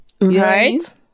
Right